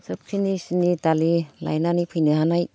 सोबखिनि सिनि दालि लायनानै फैनो हानाय